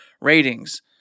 ratings